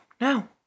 no